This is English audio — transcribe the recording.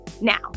Now